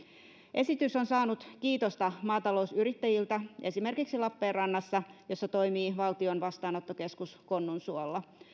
esitys on saanut kiitosta maatalousyrittäjiltä esimerkiksi lappeenrannassa missä toimii valtion vastaanottokeskus konnunsuolla